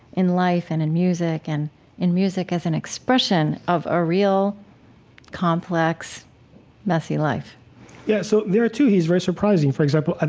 in life, and in music, and in music as an expression of a real complex messy life yeah. so there, too, he's very surprising. for example,